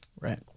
right